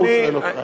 לא הוא שואל אותך.